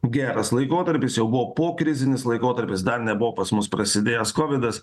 geras laikotarpis jau buvo pokrizinis laikotarpis dar nebuvo pas mus prasidėjęs kovidas